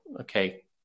okay